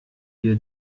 wir